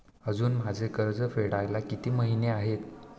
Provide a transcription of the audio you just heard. अजुन माझे कर्ज फेडायला किती महिने आहेत?